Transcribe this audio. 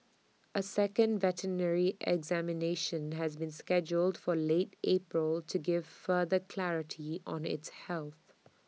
A second veterinary examination has been scheduled for late April to give further clarity on its health